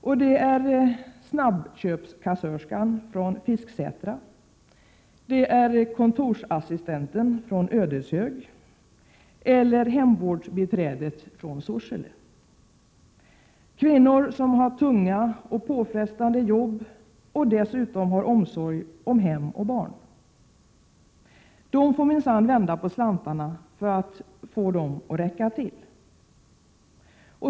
Det är t.ex. snabbköpskassörskan från Fisksätra, kontorsassistenten från Ödeshög eller hemvårdsbiträdet från Sorsele, alltså kvinnor som har tunga och påfrestande jobb och som dessutom har omsorg om hem och barn. De får minsann vända på slantarna för att få dem att räcka till.